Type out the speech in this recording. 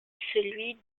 celui